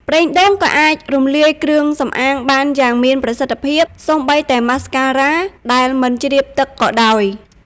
ប្រេងដូងក៏អាចរំលាយគ្រឿងសម្អាងបានយ៉ាងមានប្រសិទ្ធភាព សូម្បីតែម៉ាស្ការ៉ាដែលមិនជ្រាបទឹកក៏ដោយ។